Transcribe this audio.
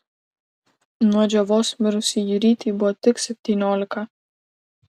nuo džiovos mirusiai jurytei buvo tik septyniolika